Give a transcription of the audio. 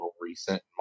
recent